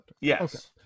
Yes